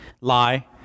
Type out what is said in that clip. lie